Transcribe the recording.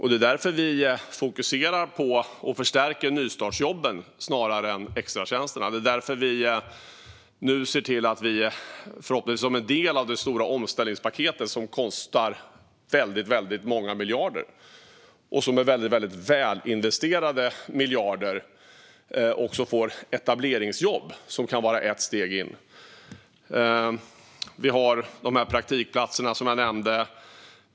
Det är därför vi fokuserar på och förstärker nystartsjobben snarare än extratjänsterna. Det är därför vi nu ser till att - förhoppningsvis som en del av det stora omställningspaketet, som kostar väldigt många men väldigt väl investerade miljarder - också få till etableringsjobb, vilket kan vara ett steg in. Vi har praktikplatser, som jag nämnde.